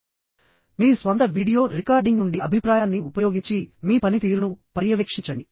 GD ముందు మరియు GD తరువాత స్నేహితుల నుండి లేదా మీ స్వంత వీడియో రికార్డింగ్ నుండి అభిప్రాయాన్ని ఉపయోగించి మీ పనితీరును పర్యవేక్షించండి